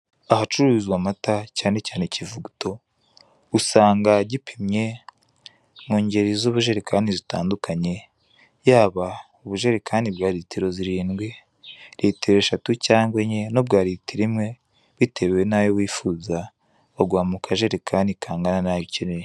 Ahacururizwa amata, cyane cyane ikivuguto, usanga gipimye mu ngeri z'ubujerekani zitandukanye, yaba ubujerekani bwa litiro zirindwi, litiro eshatu cyangwa enye, n'ubwa litiro imwe, bitewe n'ayo wifuza, baguha mu kajerekani kangana n'ayo ukeneye.